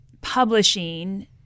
publishing